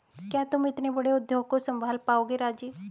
क्या तुम इतने बड़े उद्योग को संभाल पाओगे राजीव?